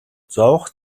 зовох